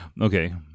okay